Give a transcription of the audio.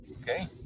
Okay